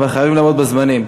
אבל חייבים לעמוד בזמנים.